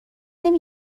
نمی